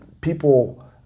people